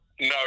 No